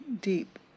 deep